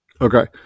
Okay